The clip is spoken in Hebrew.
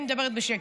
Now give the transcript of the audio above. אני מדברת בשקט,